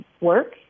work